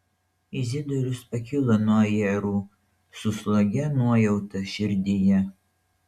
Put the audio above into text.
izidorius pakilo nuo ajerų su slogia nuojauta širdyje